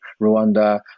Rwanda